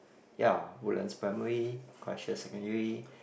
ya Woodlands primary secondary